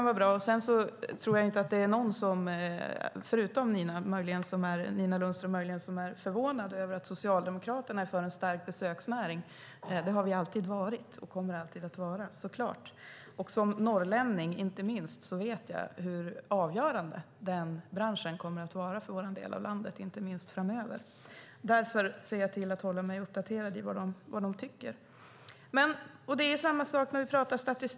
Jag tror inte att någon - utom möjligen Nina Lundström - är förvånad över att Socialdemokraterna är för en stark besöksnäring. Det har vi alltid varit och kommer alltid att vara - såklart. Som norrlänning inte minst vet jag hur avgörande den branschen kommer att vara för vår del av landet, speciellt framöver. Därför ser jag till att hålla mig uppdaterad om vad de tycker. Det är samma sak när vi pratar om statistik.